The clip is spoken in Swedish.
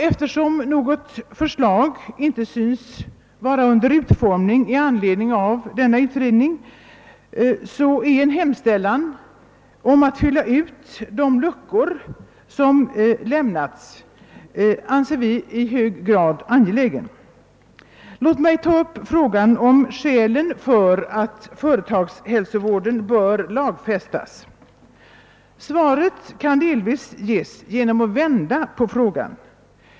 Eftersom något förslag inte synes vara under utformning i anledning av denna utredning anser vi att en hemställan om att fylla ut de luckor som lämnats är i hög grad angelägen. Låt mig ta upp frågan om skälen till att företagshälsovården bör lagfästas. Svaret kan delvis ges genom att vända på frågan.